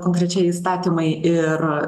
konkrečiai įstatymai ir